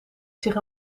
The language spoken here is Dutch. zich